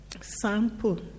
sample